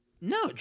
No